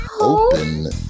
open